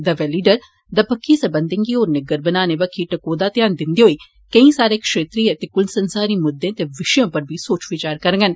दवै लीडर दपक्खी सरबंधे गी होर निग्गर बनाने बक्खी टकोह्दा ध्यान दिंदे होई केईं सारे क्षेत्रीय ते कुलसंसारी मुद्दें ते विशें पर बी सोच बचार करगंन